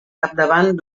capdavant